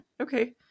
okay